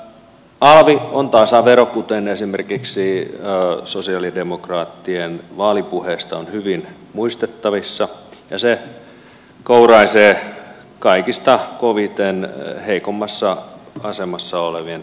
alvi on tasavero kuten esimerkiksi sosialidemokraattien vaalipuheesta on hyvin muistettavissa ja se kouraisee kaikista koviten heikoimmassa asemassa olevien lompakossa